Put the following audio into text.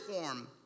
form